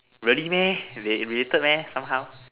really meh they related meh somehow